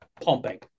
pumping